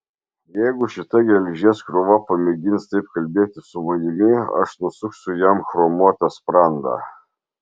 jeigu šita geležies krūva pamėgins taip kalbėti su manimi aš nusuksiu jam chromuotą sprandą